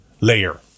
layer